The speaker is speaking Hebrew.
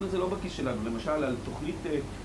זה לא בכיס שלנו, למשל, על תוכנית...